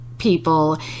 people